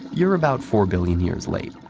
you're about four billion years late.